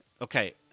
okay